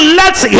lets